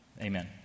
Amen